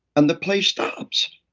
and the play stops,